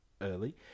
early